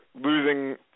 losing